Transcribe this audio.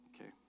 Okay